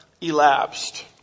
elapsed